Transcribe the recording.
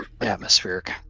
atmospheric